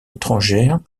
étrangère